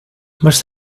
must